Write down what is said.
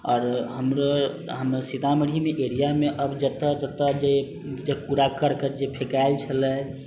आओर हमरो हमर सीतामढ़ी एरिया मे अब जतऽ जतऽ जे कूड़ा करकट जे फेकाएल छलै